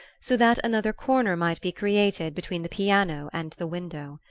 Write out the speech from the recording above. so that another corner might be created between the piano and the window.